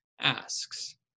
asks